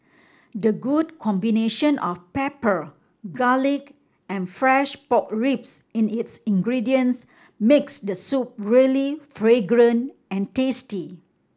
the good combination of pepper garlic and fresh pork ribs in its ingredients makes the soup really fragrant and tasty